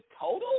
total